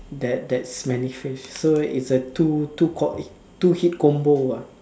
that that smelly fish so its a two two two hit combo lah